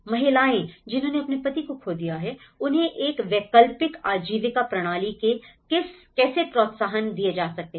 महिलाएं जिन्होंने अपने पति को खो दिया है उन्हें एक वैकल्पिक आजीविका प्रणाली के कैसे प्रोत्साहन दिए जा सकते हैं